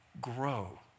grow